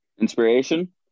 inspiration